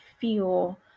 feel